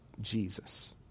Jesus